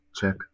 check